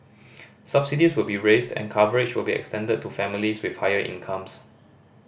subsidies will be raised and coverage will be extended to families with higher incomes